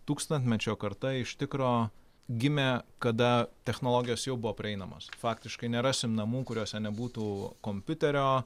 tūkstantmečio karta iš tikro gimė kada technologijos jau buvo prieinamos faktiškai nerasim namų kuriuose nebūtų kompiuterio